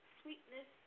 sweetness